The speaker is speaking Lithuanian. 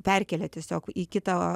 perkėlė tiesiog į kitą